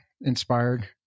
Inspired